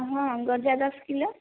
ହଁ ଗଜା ଦଶ କିଲୋ